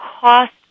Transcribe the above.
cost